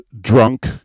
drunk